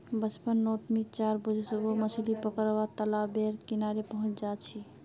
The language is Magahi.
बचपन नोत मि चार बजे सुबह मछली पकरुवा तालाब बेर किनारे पहुचे जा छी